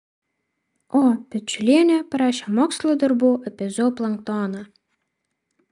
o pečiulienė parašė mokslo darbų apie zooplanktoną